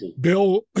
Bill